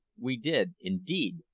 we did, indeed,